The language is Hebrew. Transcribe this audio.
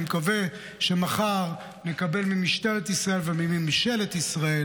אני מקווה שמחר אקבל ממשטרת ישראל ומממשלת ישראל